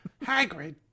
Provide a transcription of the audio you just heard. Hagrid